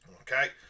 Okay